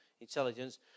intelligence